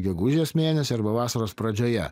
gegužės mėnesį arba vasaros pradžioje